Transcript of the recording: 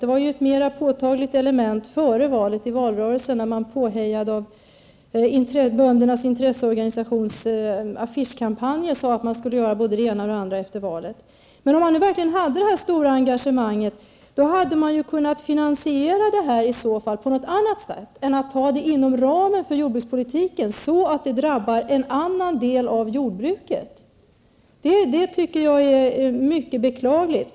Det var ett mer påtagligt element före valet, i valrörelsen, när man, påhejade av böndernas intresseorganisations affischkampanjer, sade att man skulle göra både det ena och det andra efter valet. Om man nu verkligen har detta engagemang, hade man kunnat finansiera detta på något annat sätt än att genom att ta pengarna inom ramen för jordbrukspolitiken, så att det drabbar en annan del av jordbruket. Jag tycker att det är mycket beklagligt.